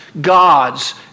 gods